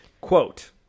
Quote